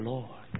Lord